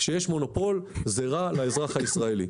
כשיש מונופול זה רע לאזרח הישראלי.